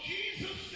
Jesus